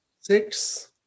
six